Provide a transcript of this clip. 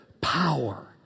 power